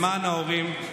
למען ההורים.